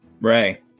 Ray